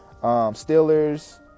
Steelers